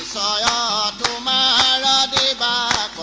ah da um ah da da da